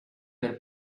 per